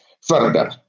further